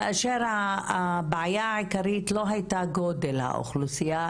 כאשר הבעיה העיקרית לא הייתה גודל האוכלוסייה,